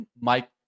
Mike